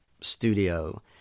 studio